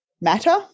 matter